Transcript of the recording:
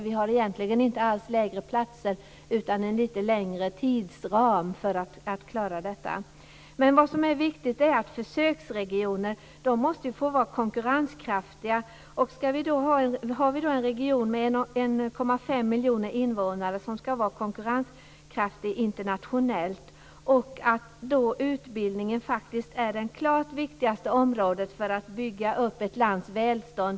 Vi föreslår inte alls färre platser, utan vi vill ha en lite längre tidsram för att klara detta. Det är viktigt att försöksregioner är konkurrenskraftiga. Här är det fråga om en region med 1,5 miljoner invånare som skall vara internationellt konkurrenskraftig. Då är utbildningen det klart viktigaste området för att bygga upp ett lands välstånd.